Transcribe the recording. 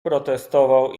protestował